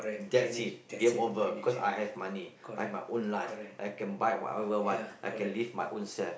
that's it game over because I have money I have my own life I can buy whatever I want I can live my own self